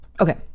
okay